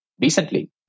recently